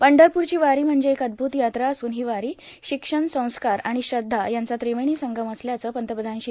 पंढरपूरची वारी म्हणजे एक अद्भूत यात्रा असून ही वारी शिक्षण संस्कार आणि श्रद्धा यांचा त्रिवेणी संगत असल्याचं पंतप्रधान श्री